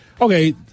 okay